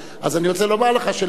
אני רוצה לומר לך שלפעמים,